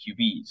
QBs